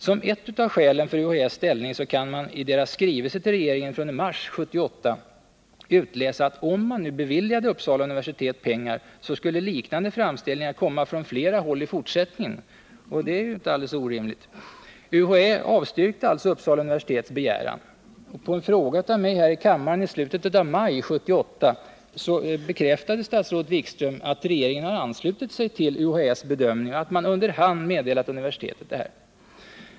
Som ett av skälen för UHÄ:s ställningstagande kan man i deras skrivelse till regeringen, från mars 1978, utläsa att om man beviljade Uppsala universitet pengar så skulle liknande framställningar komma från flera håll i fortsättningen. Det är inte alldeles orimligt att tänka sig. UHÄ avstyrkte alltså Uppsala universitets begäran. På en fråga från mig här i kammaren i slutet av maj 1978 bekräftade statsrådet Wikström att regeringen anslutit sig till UHÄ:s bedömning, och att man under hand meddelat universitetet detta.